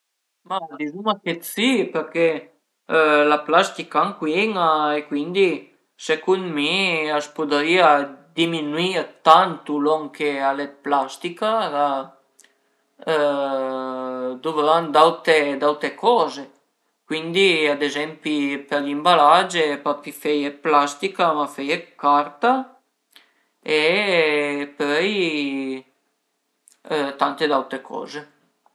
Ma dizuma che d'si perché la plastica a incuina e cuindi secund mi a s'pudrìa diminuì dë tantu lon che al e dë plastica duvrant d'aute d'aute coze cuindi ad ezempi për l'imbalage pa pi feie dë plastica, ma feie dë carta e pöi tante d'aute coze